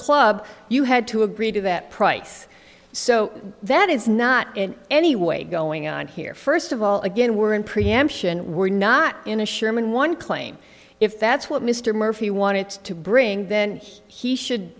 club you had to agree to that price so that is not in any way going on here first of all again we're in preemption we're not in a sherman one claim if that's what mr murphy wanted to bring then he should